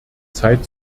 zeit